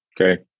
okay